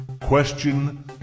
Question